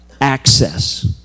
access